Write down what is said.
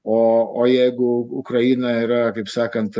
o o jeigu ukraina yra kaip sakant